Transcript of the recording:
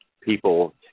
people